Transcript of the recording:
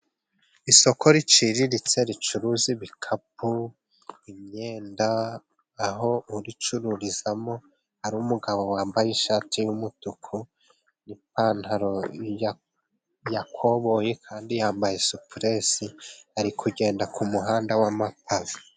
Isoko riciriritse ricuruza ibikapu, imyenda, aho uricururizamo ari umugabo wambaye ishati y'umutuku, n'ipantaro yakoboye kandi yambaye supuresi ari kugenda ku muhanda wa mapave.